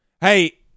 Hey